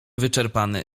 wyczerpany